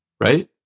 right